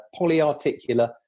polyarticular